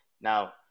Now